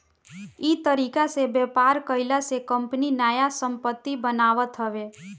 इ तरीका से व्यापार कईला से कंपनी नया संपत्ति बनावत हवे